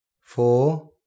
four